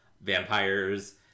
vampires